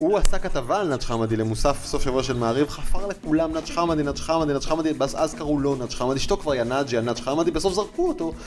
הוא עשה כתבה על נאצ' חמאדי למוסף סוף שבוע של מעריב חפר לכולם נאצ' חמאדי, נאצ' חמאדי, נאצ' חמאדי ואז קראו לו נאצ' חמאדי, שתוק כבר יא נאצ' יא נאצ' חמאדי בסוף זרקו אותו